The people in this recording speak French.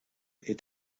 est